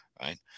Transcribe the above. right